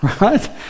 right